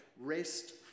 rest